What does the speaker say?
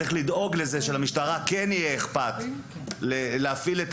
צריך לדאוג לזה שלמשטרה כן יהיה אכפת להפעיל את